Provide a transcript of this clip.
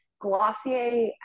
Glossier